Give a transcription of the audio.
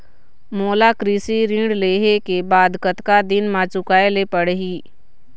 मोला कृषि ऋण लेहे के बाद कतका दिन मा चुकाए ले पड़ही?